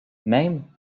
mêmes